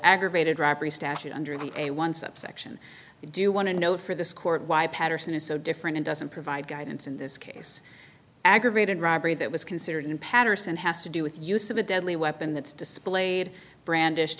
aggravated robbery statute under a one subsection do you want to know for this court why patterson is so different and doesn't provide guidance in this case aggravated robbery that was considered in patterson has to do with use of a deadly weapon that's displayed brandish